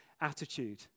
attitude